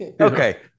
Okay